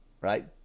right